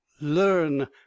Learn